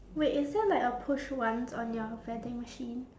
wait is there like a push once on your vending machine